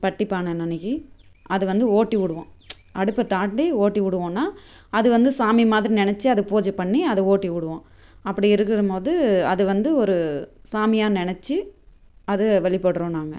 பட்டி பானை அன்னன்றைக்கி அது வந்து ஓட்டி விடுவோம் அடுப்பை தாண்டி ஓட்டி விடுவோன்னா அது வந்து சாமி மாதிரி நெனைச்சு அதுக்கு பூஜை பண்ணி அதை ஓட்டி விடுவோம் அப்படி இருக்கிற போது அது வந்து ஒரு சாமியாக நெனைச்சு அது வழிப்பட்றோம் நாங்கள்